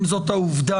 אם זאת העובדה,